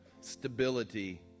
stability